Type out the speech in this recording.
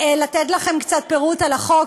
לתת לכם קצת פירוט על החוק,